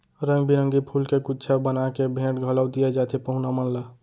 रंग बिरंगी फूल के गुच्छा बना के भेंट घलौ दिये जाथे पहुना मन ला